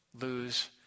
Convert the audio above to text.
lose